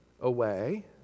away